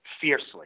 fiercely